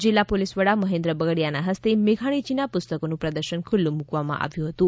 જિલ્લા પોલીસ વડા મહેન્દ્ર બગડીયા ના હસ્તે મેઘાણીજીના પુસ્તકોનું પ્રદર્શન ખુલ્લું મુકવામાં આવ્યું હતું